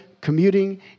commuting